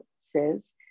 says